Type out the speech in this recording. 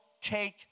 take